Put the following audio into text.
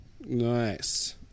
Nice